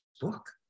book